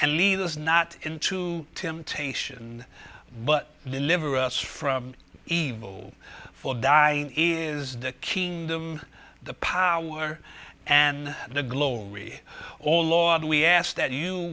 and leaders not into temptation but deliver us from evil for dying is the kingdom the power and the glory all law and we ask that you